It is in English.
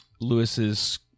Lewis's